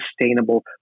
sustainable